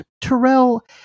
terrell